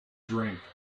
drink